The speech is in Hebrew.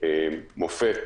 מופת